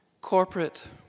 Corporate